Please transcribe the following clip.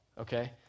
Okay